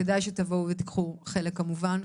כדאי שתבואו ותקחו חלק, כמובן.